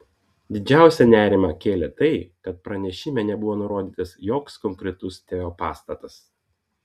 didžiausią nerimą kėlė tai kad pranešime nebuvo nurodytas joks konkretus teo pastatas